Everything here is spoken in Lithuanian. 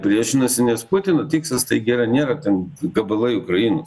priešinasi nes putino tikslas tai gi yra nėra ten gabalai ukrainos